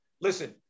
Listen